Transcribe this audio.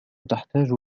تحتاج